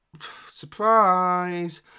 surprise